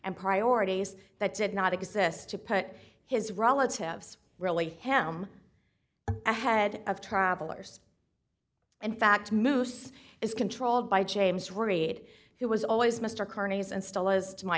and priorities that did not exist to put his relatives really him ahead of travelers and fact moose is controlled by james reed who was always